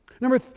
Number